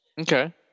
Okay